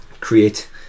create